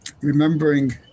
remembering